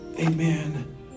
amen